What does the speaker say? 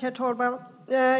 Herr talman!